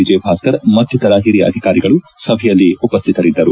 ವಿಜಯ ಭಾಸ್ಕರ್ ಮತ್ತಿತರ ಹಿರಿಯ ಅಧಿಕಾರಿಗಳು ಸಭೆಯಲ್ಲಿ ಉಪಸ್ಥಿತರಿದ್ದರು